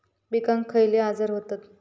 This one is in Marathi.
पिकांक खयले आजार व्हतत?